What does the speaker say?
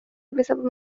بسبب